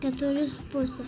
keturi su puse